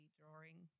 drawing